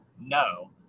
No